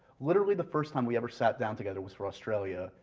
literally the first time we ever sat down together was for australia,